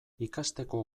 ikasteko